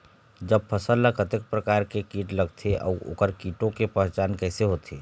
जब फसल ला कतेक प्रकार के कीट लगथे अऊ ओकर कीटों के पहचान कैसे होथे?